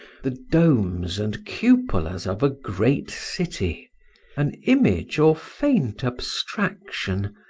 the domes and cupolas of a great city an image or faint abstraction,